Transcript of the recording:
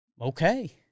okay